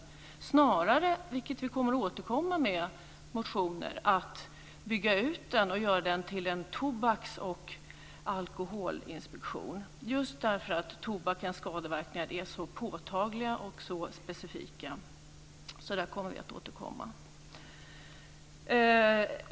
Vi ska snarare, vilket vi kommer att återkomma till med motioner, bygga ut den och göra den till en tobaks och alkoholinspektion, just därför att tobakens skadeverkningar är så påtagliga och specifika. Vi kommer alltså att återkomma till det här.